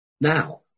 now